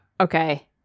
Okay